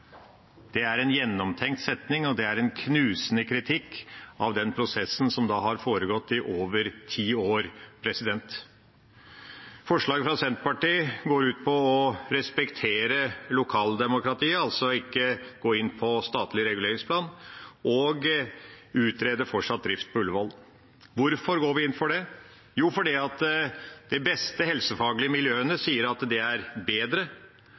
Det er en gjennomtenkt setning, og det er en knusende kritikk av den prosessen som har foregått i over ti år. Forslaget fra Senterpartiet går ut på å respektere lokaldemokratiet, altså ikke gå inn på statlig reguleringsplan, og utrede fortsatt drift på Ullevål. Hvorfor går vi inn for det? Jo, fordi de beste helsefaglige miljøene sier at det er bedre